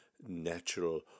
natural